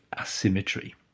asymmetry